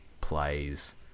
plays